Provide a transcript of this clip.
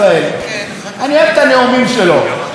מי שישמע אותם יחשוב שאנחנו במדינה אידיאלית.